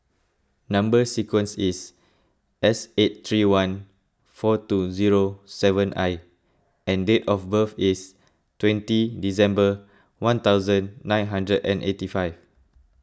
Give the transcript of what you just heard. Number Sequence is S eight three one four two zero seven I and date of birth is twenty December one thousand nine hundred and eighty five